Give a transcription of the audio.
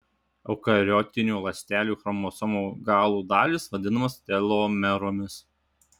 eukariotinių ląstelių chromosomų galų dalys vadinamos telomeromis